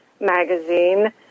magazine